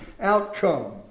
outcome